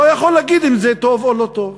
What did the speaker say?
לא יכול להגיד אם זה טוב או לא טוב,